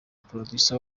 producer